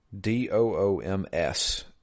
D-O-O-M-S